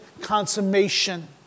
consummation